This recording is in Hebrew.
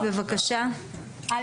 אני